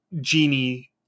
genie